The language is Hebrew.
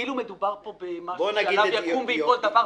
אני לא רוצה להישמע כאילו מדובר פה בדבר שעליו יקום וייפול דבר.